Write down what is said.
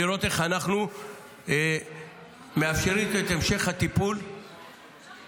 ולראות איך אנחנו מאפשרים את המשך הטיפול באנשים